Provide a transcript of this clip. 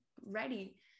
ready